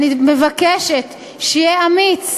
אני מבקשת שיהיה אמיץ